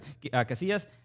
Casillas